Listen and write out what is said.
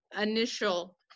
initial